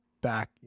back